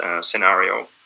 scenario